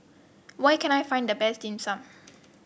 where can I find the best Dim Sum